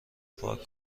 پارک